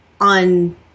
on